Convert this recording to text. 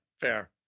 Fair